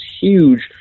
huge